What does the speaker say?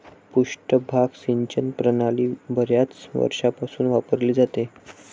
पृष्ठभाग सिंचन प्रणाली बर्याच वर्षांपासून वापरली जाते